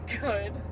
Good